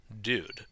dude